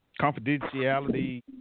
confidentiality